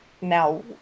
now